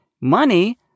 money